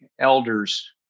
elders